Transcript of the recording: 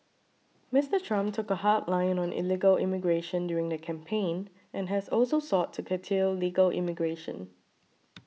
Mister Trump took a hard line on illegal immigration during the campaign and has also sought to curtail legal immigration